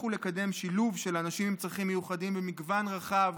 ולקדם שילוב של אנשים עם צרכים מיוחדים במגוון רחב